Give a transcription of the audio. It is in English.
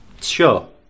Sure